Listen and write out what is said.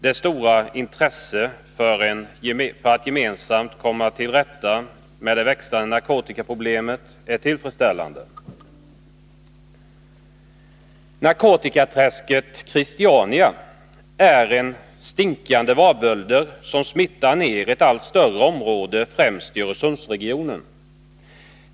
Detta stora intresse för att gemensamt komma till rätta med det växande narkotikaproblemet är tillfredsställande. Narkotikaträsket Christiania är en stinkande varböld, som smittar ner ett allt större område främst i Öresundsregionen.